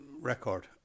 record